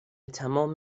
تمام